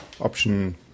option